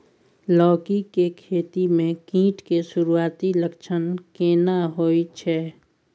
लौकी के खेती मे कीट के सुरूआती लक्षण केना होय छै?